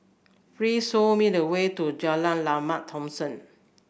please show me the way to Jalan Lembah Thomson